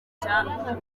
cya